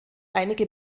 einige